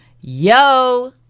yo